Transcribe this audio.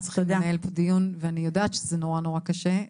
אבל היינו צריכים לנהל פה דיון ואני יודעת שזה נורא נורא קשה.